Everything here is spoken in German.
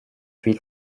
viel